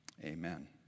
amen